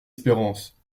espérance